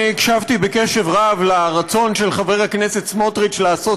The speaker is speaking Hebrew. אני הקשבתי בקשב רב לרצון של חבר הכנסת סמוטריץ לעשות